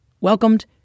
welcomed